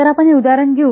तर आपण हे उदाहरण घेऊ